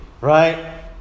right